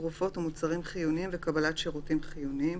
תרופות ומוצרים חיוניים וקבלת שירותים חיוניים,